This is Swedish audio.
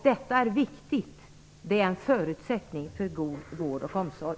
Detta är viktigt och en förutsättning för en god vård och omsorg.